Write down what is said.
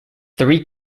three